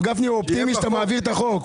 הרב גפני, הוא אופטימי שאתה מעביר את החוק.